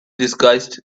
disguised